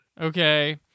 okay